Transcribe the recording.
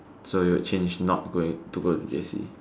so you'll change not going to go to J_C